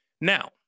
Now